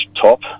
top